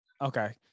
Okay